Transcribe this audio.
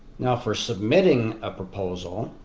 now for submitting a proposal